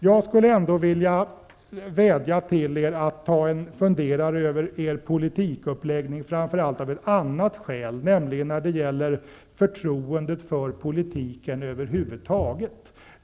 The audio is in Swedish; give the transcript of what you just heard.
Jag skulle ändå vilja vädja till er att, framför allt av ett annat skäl, ta er en funderare över er uppläggning av politiken, nämligen med tanke på förtroendet för politiken över huvud taget.